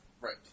Right